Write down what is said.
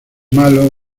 malo